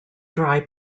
dry